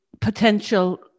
potential